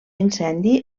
incendi